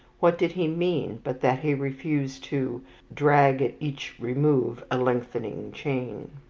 what did he mean but that he refused to drag at each remove a lengthening chain?